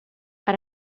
per